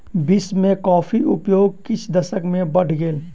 विश्व में कॉफ़ीक उपयोग किछ दशक में बैढ़ गेल